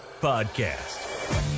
Podcast